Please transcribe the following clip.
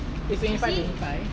is twenty five twenty five